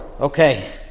Okay